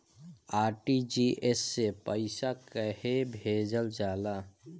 RTGS से पइसा कहे भेजल जाला?